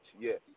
yes